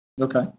Okay